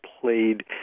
played